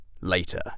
later